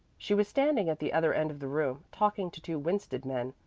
she was standing at the other end of the room, talking to two winsted men,